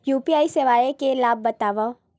UPI सेवाएं के लाभ बतावव?